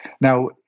now